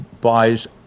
buys